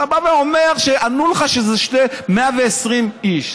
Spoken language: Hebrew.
אתה בא ואומר שענו לך שזה 120 איש.